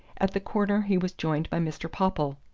at the corner he was joined by mr. popple.